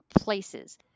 places